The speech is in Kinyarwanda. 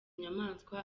nyamaswa